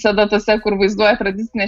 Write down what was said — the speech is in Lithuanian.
tada tuose kur vaizduoja tradicinę